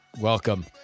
Welcome